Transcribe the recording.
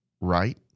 right